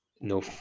no